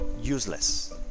useless